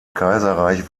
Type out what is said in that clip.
kaiserreich